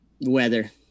Weather